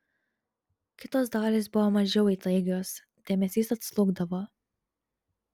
kitos dalys buvo mažiau įtaigios dėmesys atslūgdavo